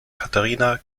katharina